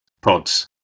pods